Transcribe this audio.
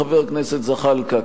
חבר הכנסת זחאלקה,